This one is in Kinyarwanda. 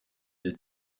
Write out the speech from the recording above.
gihe